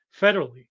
federally